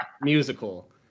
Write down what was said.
musical